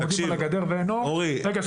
עומדים על הגדר ואין אור --- אורי,